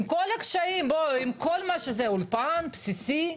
עם כל הקשיים, אולפן בסיסי,